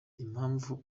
impamvu